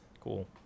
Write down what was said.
cool